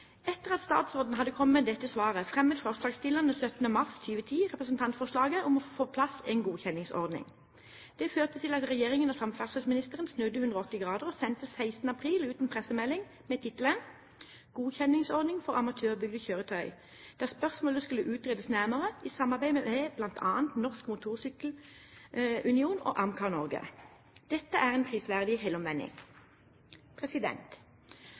Etter at statsråden hadde kommet med dette svaret, fremmet forslagsstillerne 17. mars 2010 representantforslaget om å få på plass en godkjenningsordning. Det førte til at regjeringen og samferdselsministeren snudde 180 grader, og sendte 16. april ut en pressemelding med tittelen «Godkjenningsordning for amatørbygde kjøretøy»; spørsmålet skulle utredes nærmere i samarbeid med bl.a. Norsk Motorcykkel Union og AMCAR Norge. Dette er en prisverdig helomvending.